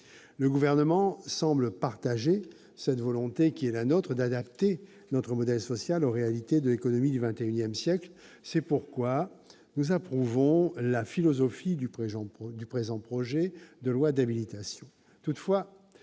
Le Gouvernement semble partager notre volonté d'adapter notre modèle social aux réalités de l'économie du XXIsiècle. C'est pourquoi nous approuvons la philosophie du présent projet de loi d'habilitation.